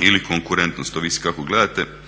ili konkurentnost, ovisi kako gledate.